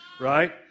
right